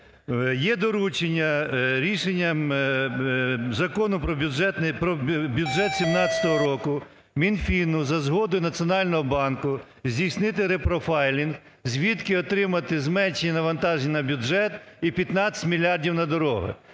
Є доручення. Рішенням Закону про бюджет 2017 року Мінфіну за згодою Національного банку здійснити репрофайлінг, звідки отримати зменшення навантаження на бюджет і 15 мільярдів на дороги.